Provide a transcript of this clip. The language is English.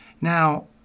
now